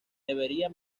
debería